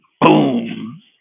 Boom